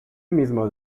mismo